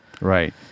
Right